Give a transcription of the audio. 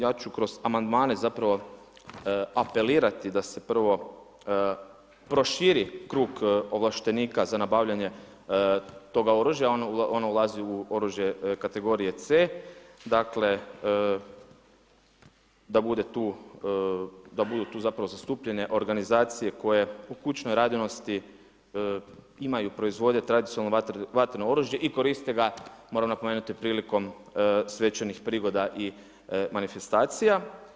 Ja ću kroz amandmane zapravo apelirati da se prvo proširi krug ovlaštenika za nabavljanje toga oružja, ono ulazi u oružje kategorije C. Dakle, da budu tu zapravo zastupljene organizacije koje u kućnoj radinosti imaju proizvodnju tradicionalno vatreno oružje i koriste ga moram napomenuti, prilikom svečanih prigoda i manifestacija.